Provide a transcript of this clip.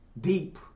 deep